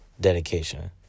dedication